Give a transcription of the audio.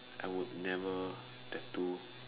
I would never tattoo